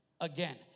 again